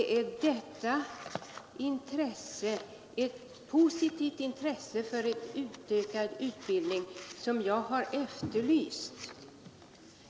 Det är detta intresse, ett positivt intresse för ökad utbildning, som jag har efterlyst.